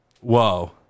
Whoa